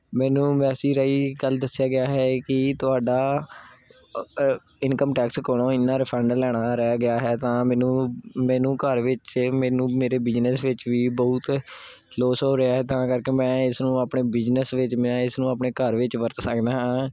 ਮੈਨੂੰ ਮੈਸਿਜ ਰਾਹੀਂ ਕੱਲ੍ਹ ਦੱਸਿਆ ਗਿਆ ਹੈ ਕਿ ਤੁਹਾਡਾ ਇਨਕਮ ਟੈਕਸ ਕੋਲੋਂ ਇੰਨਾ ਰਿਫਰੈਂਡ ਲੈਣਾ ਰਹਿ ਗਿਆ ਹੈ ਤਾਂ ਮੈਨੂੰ ਮੈਨੂੰ ਘਰ ਵਿੱਚ ਮੈਨੂੰ ਮੇਰੇ ਬਿਜਨਸ ਵਿੱਚ ਵੀ ਬਹੁਤ ਲੋਸ ਹੋ ਰਿਹਾ ਹੈ ਤਾਂ ਕਰਕੇ ਮੈਂ ਇਸ ਨੂੰ ਆਪਣੇ ਬਿਜਨਸ ਵਿੱਚ ਮੈਂ ਇਸਨੂੰ ਆਪਣੇ ਘਰ ਵਿੱਚ ਵਰਤ ਸਕਦਾ ਹਾਂ